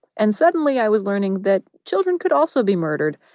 and, suddenly, i was learning that children could also be murdered.